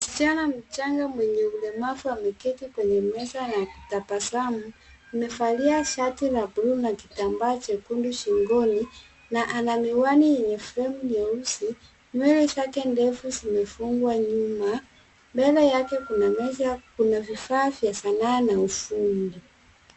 Mshichana mchanga mwenye ulemavu ameketi kwenye meza akitabasamu amevalia shati la buluu na kitambaa jekundu shingoni na anamiwani yenye fremu nyeusi nywele zake ndefu zimefungwa nyuma kando yake kuna meza ,kuna vifaa vya sanaa na ufundi.